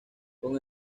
con